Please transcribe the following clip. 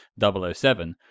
007